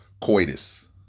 coitus